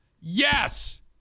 yes